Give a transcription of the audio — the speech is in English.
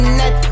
net